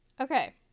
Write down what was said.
Okay